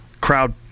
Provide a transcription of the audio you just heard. Crowd